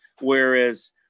Whereas